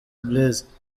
blaise